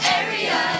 area